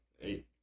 eight